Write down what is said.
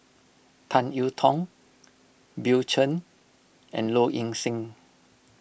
Tan you Tong Bill Chen and Low Ing Sing